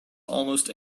almost